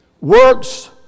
works